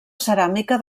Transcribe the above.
ceràmica